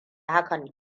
hakan